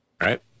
right